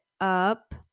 up